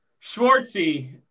Schwartzy